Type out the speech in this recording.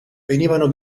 venivano